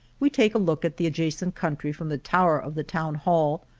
we take a look at the adjacent country from the tower of the town hall,